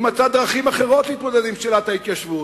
הוא מצא דרכים אחרות להתמודד עם שאלת ההתיישבות,